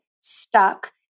stuck